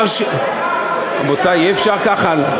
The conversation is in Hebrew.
רבותי, אי-אפשר ככה.